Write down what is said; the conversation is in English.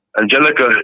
Angelica